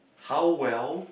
how well